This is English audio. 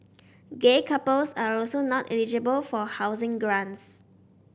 gay couples are also not eligible for housing grants